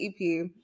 EP